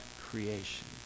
creation